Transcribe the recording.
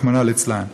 רחמנא ליצלן.